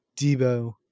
Debo